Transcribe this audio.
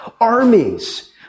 armies